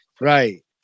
right